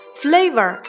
flavor